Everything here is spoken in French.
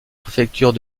préfecture